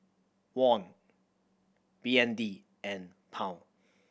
Won B N D and Pound